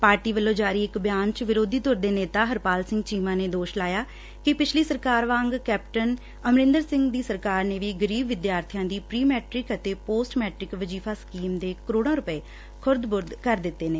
party ਵੱਲੋਂ ਜਾਰੀ ਇਕ ਬਿਆਨ ਚ ਵਿਰੋਧੀ ਧਿਰ ਦੇ ਨੇਤਾ ਹਰਪਾਲ ਸਿੰਘ ਚੀਮਾ ਨੇ ਦੋਸ਼ ਲਾਇਆ ਕਿ ਪਿਛਲੀ ਸਰਕਾਰ ਵਾਂਗ ਕੈਪਟਨ ਅਮਰਿੰਦਰ ਸਿੰਘ ਸਰਕਾਰ ਨੇ ਵੀ ਗਰੀਬ ਵਿਦਿਆਰਥੀਆਂ ਦੀ ਪ੍ਰੀ ਮੈਟ੍ਰਿਕ ਅਤੇ ਪੋਸਟ ਮੈਟ੍ਰਿਕ ਵਜ਼ੀਫਾ ਸਕੀਮ ਦੇ ਕਰੋਤਾਂ ਰੁਪਏ ਖੁਰਦ ਬੁਰਦ ਕਰ ਦਿੱਤੇ ਨੇ